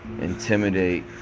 intimidate